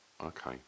Okay